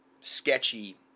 sketchy